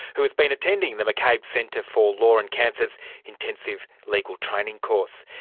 who has been attending the mccabe centre for law and cancer's intensive legal training course.